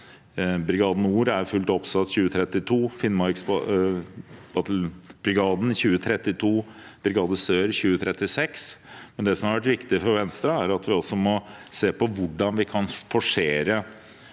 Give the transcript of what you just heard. Brigade Nord er fullt satt opp i 2032, Finnmarksbrigaden i 2032, Brigade Sør i 2036. Men det som har vært viktig for Venstre, er at vi også må se på hvordan vi kan forsere